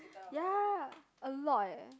ya a lot eh